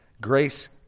Grace